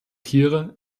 tiere